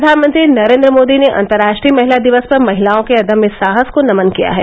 प्रधानमंत्री नरेन्द्र मोदी ने अंतर्राष्ट्रीय महिला दिवस पर महिलाओं के अदम्य साहस को नमन किया है